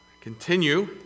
continue